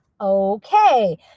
okay